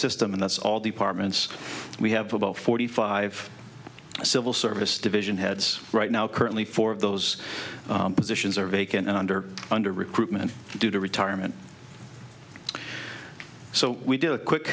system and that's all departments we have about forty five civil service division heads right now currently four of those positions are vacant and under under recruitment due to retirement so we do a quick